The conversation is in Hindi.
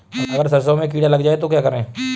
अगर सरसों में कीड़ा लग जाए तो क्या करें?